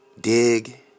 Dig